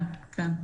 כן, כן.